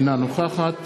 אינה נוכחת